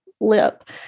lip